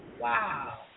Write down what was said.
Wow